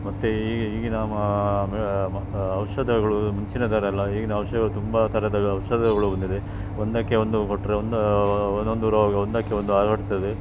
ಮತ್ತು ಈಗ ಈಗಿನ ಮಾ ಔಷಧಗಳು ಮುಂಚಿನ ಥರ ಅಲ್ಲ ಈಗಿನ ಔಷಧಗಳು ತುಂಬ ಥರದ ಔಷಧಗಳು ಬಂದಿದೆ ಒಂದಕ್ಕೆ ಒಂದು ಕೊಟ್ಟರೆ ಒಂದು ಒಂದೊಂದು ರೋಗಗಳು ಒಂದಕ್ಕೆ ಒಂದು ಹರಡ್ತದೆ